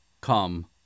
come